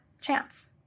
chance